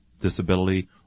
disability